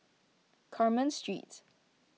Carmen Street